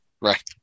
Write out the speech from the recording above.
Right